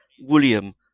William